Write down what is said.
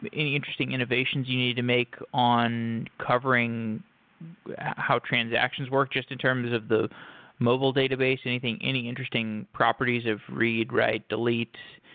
but any interesting innovations you need to make on covering how transactions work just in terms of the mobile database? any interesting properties of read, write, delete,